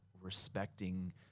respecting